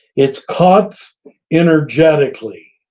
it's caught energetically,